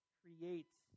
creates